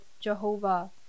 Jehovah